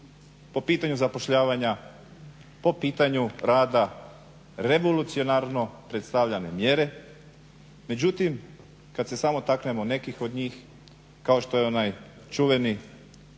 po pitanju zapošljavanja, po pitanju rada revolucionarno predstavljane mjere. Međutim, kad se samo taknemo nekih od njih kako što je onaj čuveni,